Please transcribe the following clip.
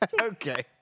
Okay